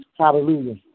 Hallelujah